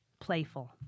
Playful